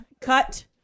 Cut